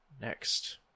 next